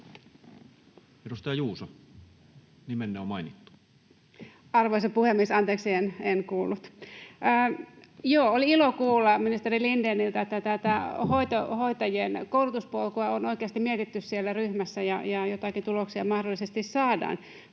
Edustaja Juuso, nimenne on mainittu. Arvoisa puhemies! Anteeksi, en kuullut. Joo, oli ilo kuulla ministeri Lindéniltä, että tätä hoitajien koulutuspolkua on oikeasti mietitty siellä ryhmässä ja että joitakin tuloksia mahdollisesti saadaan.